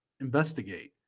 investigate